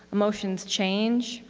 emotions change.